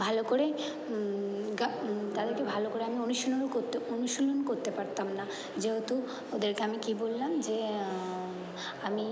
ভালো করে গা তাদেরকে ভালো করে আমি অনুশীলনও করতে অনুশীলন করতে পারতাম না যেহেতু ওদেরকে আমি কি বললাম যে আমি